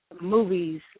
movies